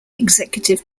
executive